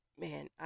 man